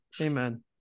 Amen